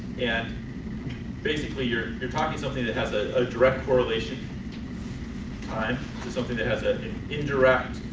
and basically you're you're talking something that has a ah direct correlation time to something that has ah an indirect,